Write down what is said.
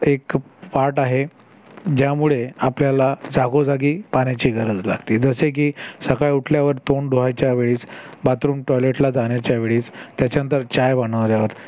एक पार्ट आहे ज्यामुळे आपल्याला जागोजागी पाण्याची गरज लागते जसे की सकाळी उठल्यावर तोंड धुवायच्या वेळीस बातरूम टॉयलेटला जाण्याच्या वेळीस त्याच्यानंतर चाय बनवल्यावर